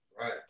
Right